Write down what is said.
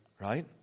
Right